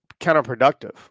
counterproductive